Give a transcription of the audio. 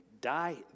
die